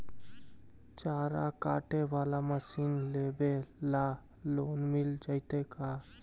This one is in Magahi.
चारा काटे बाला मशीन लेबे ल लोन मिल जितै का?